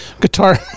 guitar